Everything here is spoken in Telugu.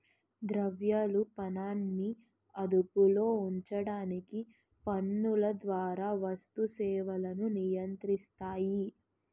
ద్రవ్యాలు పనాన్ని అదుపులో ఉంచడానికి పన్నుల ద్వారా వస్తు సేవలను నియంత్రిస్తాయి